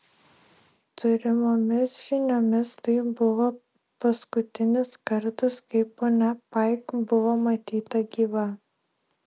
turimomis žiniomis tai buvo paskutinis kartas kai ponia paik buvo matyta gyva